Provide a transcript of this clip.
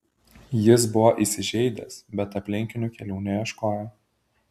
jis buvo įsižeidęs bet aplinkinių kelių neieškojo